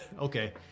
Okay